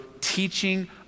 teaching